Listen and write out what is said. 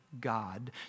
God